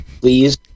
please